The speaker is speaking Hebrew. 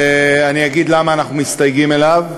ואני אגיד למה אנחנו מסתייגים ממנו,